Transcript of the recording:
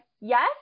yes